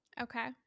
Okay